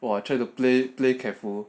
!wah! try to play play careful